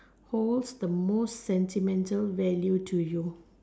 holds the most sentimental value to you